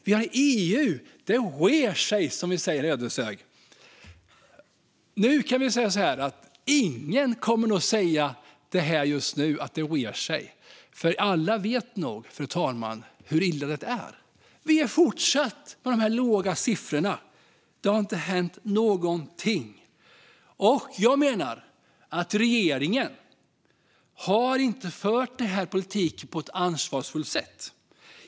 Vi har EU. Det rer sig, som vi säger i Ödeshög. Nu kan vi säga att ingen just nu skulle säga att det rer sig, för alla vet nog, fru talman, hur illa det är. Vi är fortfarande på de här låga siffrorna. Det har inte hänt någonting. Jag menar att regeringen inte har fört den här politiken på ett ansvarsfullt sätt.